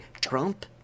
Trump